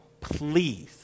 please